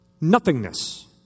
Nothingness